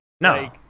No